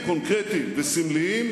קונקרטיים וסמליים,